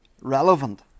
relevant